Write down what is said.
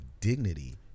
dignity